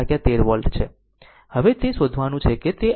હવે તે શોધવાનું છે કે તે r શું છે જેને R r R2 છે